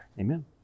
Amen